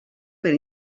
per